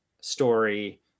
story